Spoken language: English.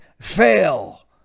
fail